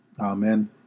Amen